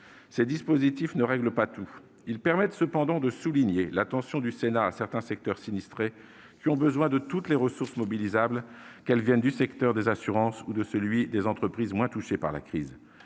Ces dispositifs ne règlent pas tout. Ils permettent néanmoins de souligner l'attention que porte le Sénat à certains secteurs sinistrés ayant besoin de toutes les ressources mobilisables, qu'elles viennent du secteur des assurances ou de celui des entreprises les moins touchées par la crise.